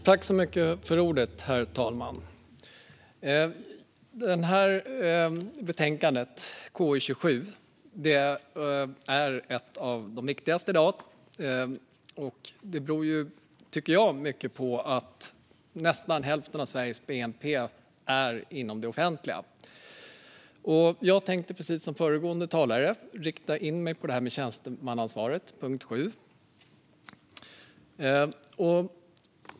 Herr talman! Betänkandet KU27 är ett av de viktigaste i dag. Det har att göra med att nästan hälften av Sveriges bnp gäller det offentliga. Jag tänkte precis som föregående talare rikta in mig på detta med tjänstemannaansvaret, punkt 7.